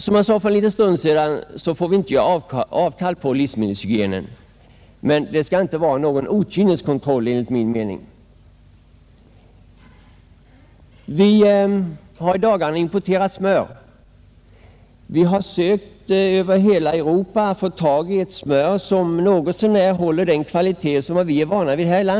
Som jag sade nyss, får vi inte göra avkall på kravet om livsmedelshygien, men det skall inte vara någon okynneskontroll. Vi har i dagarna importerat smör; vi har sökt över hela Europa för att få tag i ett smör, som något så när håller sådan kvalitet som vi är vana vid.